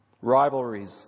Rivalries